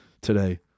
today